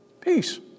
peace